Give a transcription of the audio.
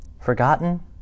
forgotten